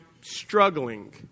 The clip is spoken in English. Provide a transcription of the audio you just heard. struggling